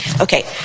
Okay